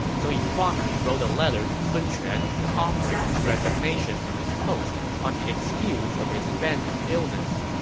so he promptly wrote a letter to sun quan offering his resignation from his post on the excuse of his phantom illness.